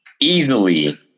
Easily